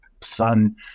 sun